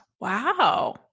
Wow